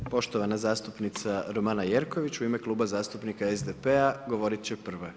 Poštovana zastupnica Romana Jerković u ime Kluba zastupnika SDP-a govorit će prva.